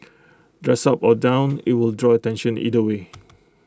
dressed up or down IT will draw attention either way